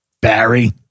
Barry